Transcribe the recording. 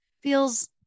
feels